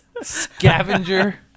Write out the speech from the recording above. Scavenger